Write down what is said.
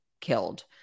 killed